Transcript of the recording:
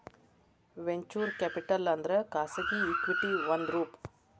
venture capital ಅಂದ್ರ ಖಾಸಗಿ equity ಒಂದ್ ರೂಪ